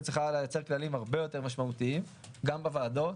צריכה לייצר כלים הרבה יותר משמעותיים גם בוועדות